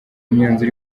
myanzuro